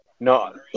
No